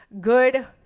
Good